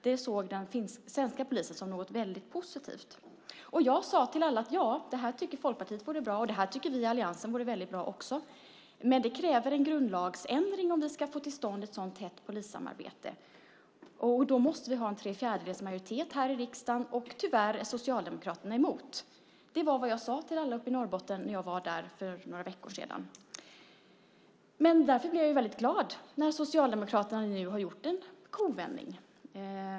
Det såg den svenska polisen som något väldigt positivt. Jag sade till alla att det tycker Folkpartiet vore bra. Det tycker vi i alliansen vore väldigt bra. Men det kräver en grundlagsändring om vi ska få till stånd ett så tätt polissamarbete. Då måste vi ha en trefjärdedelsmajoritet här i riksdagen. Tyvärr är Socialdemokraterna emot. Det var vad jag sade till alla uppe i Norrbotten när jag var där för några veckor sedan. Därför blir jag väldigt glad när Socialdemokraterna nu har gjort en kovändning.